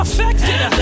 Affected